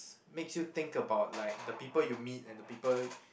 makes you think about like the people you meet and the people